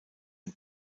ein